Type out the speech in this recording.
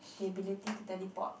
the ability to teleport